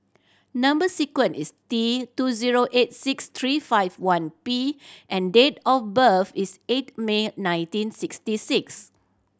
number sequence is T two zero eight six three five one P and date of birth is eight May nineteen sixty six